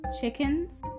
chickens